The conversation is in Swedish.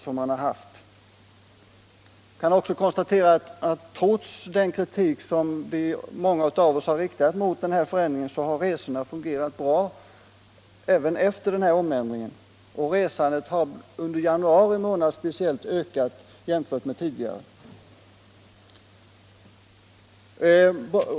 Jag konstaterar också att trots den kritik som många av oss har riktat mot den förändring som gjorts har resorna fungerat bra efter omändringen, och resandefrekvensen har speciellt under januari månad ökat jämfört med tidigare.